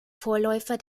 vorläufer